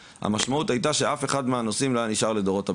המשמעות הייתה שאף אחד מהנושאים לא היה נשאר לדורות הבאים.